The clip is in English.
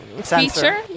feature